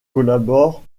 collabore